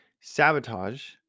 sabotage